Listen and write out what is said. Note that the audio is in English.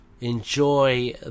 Enjoy